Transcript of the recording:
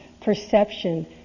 perception